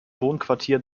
wohnquartier